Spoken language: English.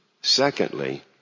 Secondly